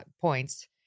points